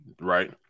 Right